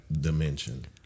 dimension